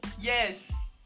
Yes